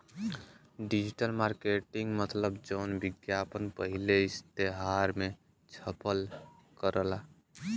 digital marketing मतलब जौन विज्ञापन पहिले इश्तेहार मे छपल करला